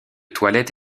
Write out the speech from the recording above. toilettes